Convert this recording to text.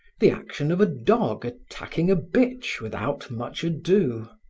the action of a dog attacking a bitch without much ado.